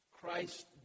Christ